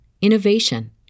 innovation